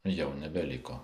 jau nebeliko